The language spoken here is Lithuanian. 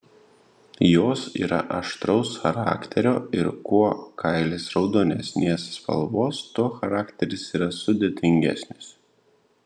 jos yra aštraus charakterio ir kuo kailis raudonesnės spalvos tuo charakteris yra sudėtingesnis